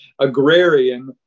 agrarian